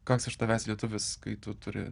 koks iš tavęs lietuvis kai tu turi